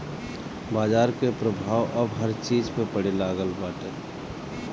बाजार के प्रभाव अब हर चीज पे पड़े लागल बाटे